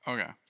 Okay